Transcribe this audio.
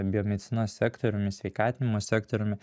biomedicinos sektoriumi sveikatinimo sektoriumi